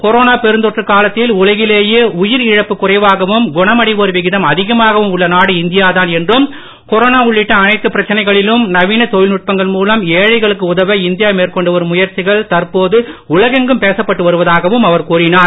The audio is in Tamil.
கொரோனா பெருந்தொற்றுக் காலத்தில் உலகிலேயே உயிர் இழப்பு குறைவாகவும் குணமடைவோர் விகிதம் அதிகமாகவும் உள்ள நாடு இந்தியா தான் என்றும் கொரோனா உள்ளிட்ட அனைத்து பிரச்சனைகளிலும் நவீன தொழில்நுட்பங்கள் மூலம் ஏழைகளுக்கு உதவ இந்தியா மேற்கொண்டு வரும் முயற்சிகள் தற்போது உலகெங்கும் பேசப்பட்டு வருவதாகவும் அவர் கூறினார்